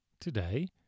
Today